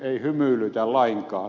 ei hymyilytä lainkaan